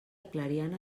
clariana